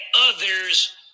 others